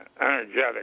energetic